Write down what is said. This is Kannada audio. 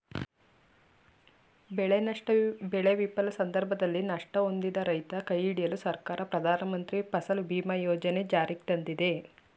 ಬೆಳೆನಷ್ಟ ಬೆಳೆ ವಿಫಲ ಸಂದರ್ಭದಲ್ಲಿ ನಷ್ಟ ಹೊಂದಿದ ರೈತರ ಕೈಹಿಡಿಯಲು ಸರ್ಕಾರ ಪ್ರಧಾನಮಂತ್ರಿ ಫಸಲ್ ಬಿಮಾ ಯೋಜನೆ ಜಾರಿಗ್ತಂದಯ್ತೆ